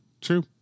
True